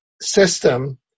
system